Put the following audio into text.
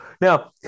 Now